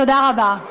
תודה רבה.